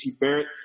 Barrett